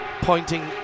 ...pointing